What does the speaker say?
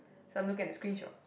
so I'm looking at the screenshots